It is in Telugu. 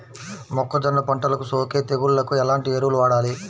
మొక్కజొన్న పంటలకు సోకే తెగుళ్లకు ఎలాంటి ఎరువులు వాడాలి?